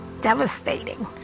devastating